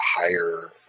higher